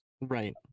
right